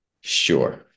sure